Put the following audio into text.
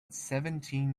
seventeen